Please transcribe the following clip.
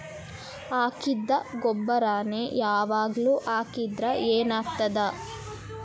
ಹಾಕಿದ್ದ ಗೊಬ್ಬರಾನೆ ಯಾವಾಗ್ಲೂ ಹಾಕಿದ್ರ ಏನ್ ಆಗ್ತದ?